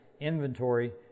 inventory